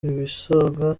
ibisonga